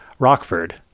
rockford